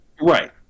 Right